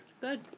Good